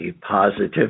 positive